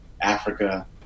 Africa